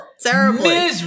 terribly